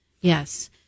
yes